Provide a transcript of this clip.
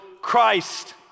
Christ